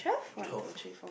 twelve